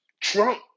Trump